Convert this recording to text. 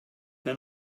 que